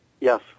Yes